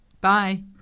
Bye